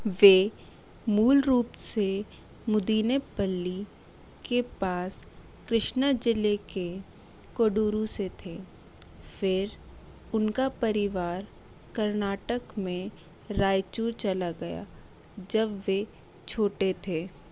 वे मूल रूप से मुदीनेपल्ली के पास कृष्णा जिले के कोडुरु से थे फिर उनका परिवार कर्नाटक में रायचूर चला गया जब वे छोटे थे